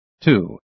Two